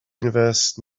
universe